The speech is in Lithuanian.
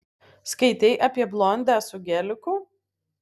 skaitei apie blondę su geliku